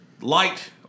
light